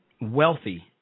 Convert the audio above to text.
wealthy